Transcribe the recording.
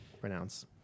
pronounce